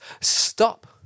stop